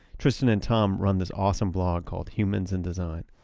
tristian and tom run this awesome blog called humans in design.